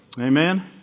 Amen